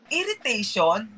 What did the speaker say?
irritation